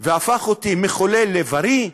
והפך אותי מחולה לבריא,